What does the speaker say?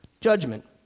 judgment